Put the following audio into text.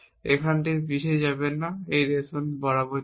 এখান থেকে পিছিয়ে যাবেন না এই রেশন বরাবর যান